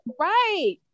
Right